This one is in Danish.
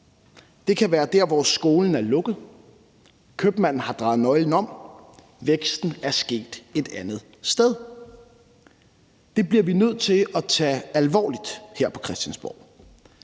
Det kan være der, hvor skolen er lukket, hvor købmanden har drejet nøglen om, og hvor væksten er sket et andet sted. Det bliver vi nødt til at tage alvorligt her på Christiansborg,